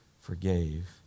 forgave